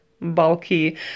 bulky